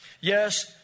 Yes